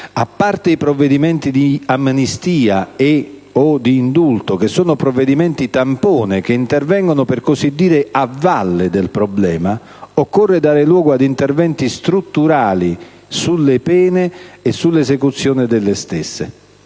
a parte i provvedimenti di amnistia e/o di indulto, che sono provvedimenti tampone che intervengono, per così dire, a valle del problema, occorre dar luogo ad interventi strutturali sulle pene e sull'esecuzione delle stesse.